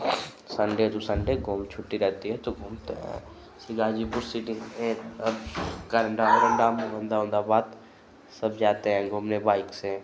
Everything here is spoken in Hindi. सन्डे टू सन्डे गाँव में छुट्टी रहती है तो घूमते हैं शिवाजीपुर सिटी करन्दा उरन्दा मुरन्दा उरन्दाबाद सब जाते हैं घूमने उमने बाइक़ से